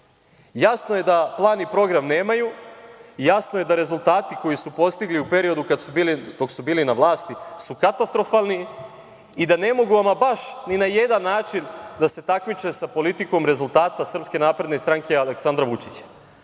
Jasno je da plan i program nemaju, jasno je da rezultati koje su postigli u periodu dok su bili na vlasti su katastrofalni i da ne mogu ama baš ni na jedan način da se takmiče sa politikom rezultata SNS i Aleksandra Vučića. Uveren